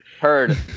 heard